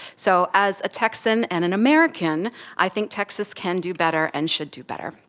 so as a texan and an american i think texas can do better and should do better.